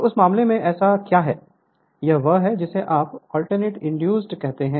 तो उस मामले में ऐसा क्या है यह वह है जिसे आप अल्टरनेटिंग ईएमएफ इंड्यूस कहते हैं